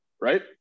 right